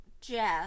Jeff